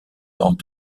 dans